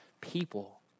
people